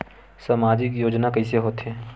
सामजिक योजना कइसे होथे?